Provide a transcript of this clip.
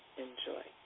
enjoy